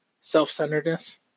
self-centeredness